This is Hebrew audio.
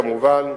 כמובן,